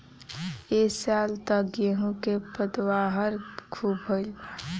ए साल त गेंहू के पैदावार खूब भइल बा